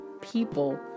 people